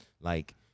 Like-